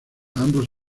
ambos